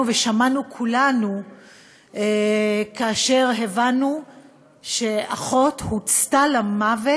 כששמענו כולנו וכאשר הבנו שאחות הוצתה למוות.